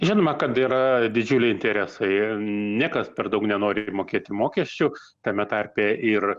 žinoma kad yra didžiuliai interesai niekas per daug nenori mokėti mokesčių tame tarpe ir